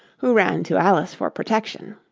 who ran to alice for protection.